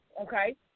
Okay